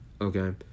Okay